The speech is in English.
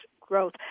growth